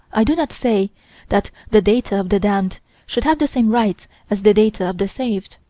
i do not say that the data of the damned should have the same rights as the data of the saved.